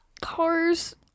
cars